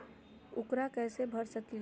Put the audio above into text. ऊकरा कैसे भर सकीले?